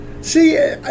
See